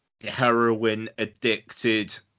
heroin-addicted